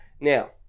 Now